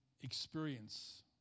experience